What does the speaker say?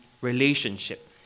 relationship